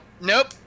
nope